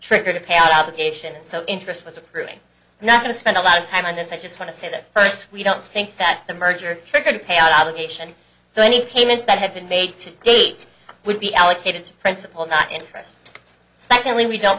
triggered a payout obligation and so interest was approving not going to spend a lot of time on this i just want to say that first we don't think that the merger triggered a payout obligation so any payments that have been made to date would be allocated to principal not interest secondly we don't